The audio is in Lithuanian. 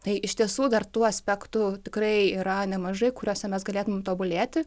tai iš tiesų dar tų aspektų tikrai yra nemažai kuriuose mes galėtumėm tobulėti